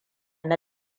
na